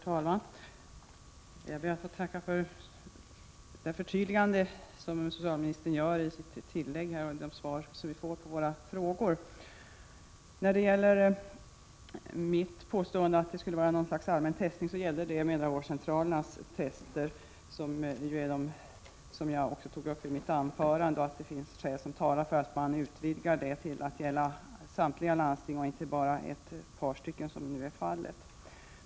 Herr talman! Jag ber att få tacka för det förtydligande som socialministern gör i sitt inlägg här och för de svar som vi fått på våra frågor. När det gäller mitt påstående om ett slags allmän testning vill jag säga att det då gäller mödravårdscentralernas tester, som jag också tog upp i mitt huvudanförande. Det finns skäl som talar för en utvidgning av den verksamheten till att gälla samtliga landsting och inte bara ett par stycken som nu är fallet.